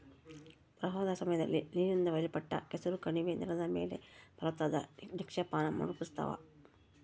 ಪ್ರವಾಹದ ಸಮಯದಲ್ಲಿ ನೀರಿನಿಂದ ಒಯ್ಯಲ್ಪಟ್ಟ ಕೆಸರು ಕಣಿವೆ ನೆಲದ ಮೇಲೆ ಫಲವತ್ತಾದ ನಿಕ್ಷೇಪಾನ ರೂಪಿಸ್ತವ